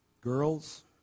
girls